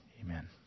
Amen